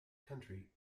country